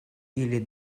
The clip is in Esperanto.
ili